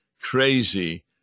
crazy